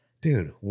dude